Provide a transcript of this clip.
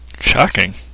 Shocking